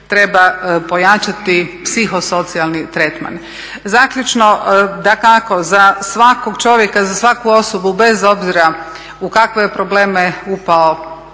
treba pojačati psihosocijalni tretman. Zaključno, dakako za svakog čovjeka, za svaku osobu bez obzira u kakve je probleme upao